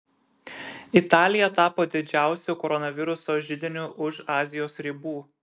italija tapo didžiausiu koronaviruso židiniu už azijos ribų